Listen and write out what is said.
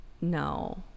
No